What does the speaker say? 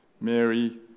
Mary